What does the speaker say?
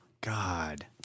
God